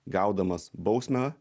gaudamas bausmę